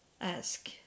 ask